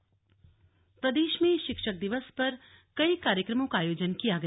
शिक्षक दिवस राजभवन प्रदेश में शिक्षक दिवस पर कई कार्यक्रमों का आयोजन किया गया